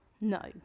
No